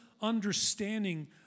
understanding